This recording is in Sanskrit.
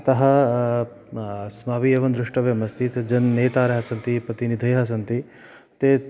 अतः अस्माभिः एवं द्रष्टव्यमस्ति तत् जननेतारः सन्ति प्रतिनिधयः सन्ति ते